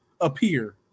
appear